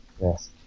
Yes